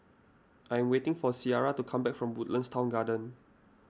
I am waiting for Ciarra to come back from Woodlands Town Garden